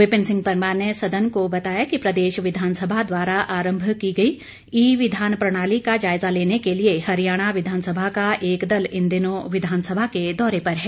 विपिन सिंह परमार ने सदन को बताया कि प्रदेश विधानसभा द्वारा आरंभ की गई ई विधान प्रणाली का जायजा लेने के लिए हरियाणा विधानसभा का एक दल इन दिनों विधानसभा के दौरे पर है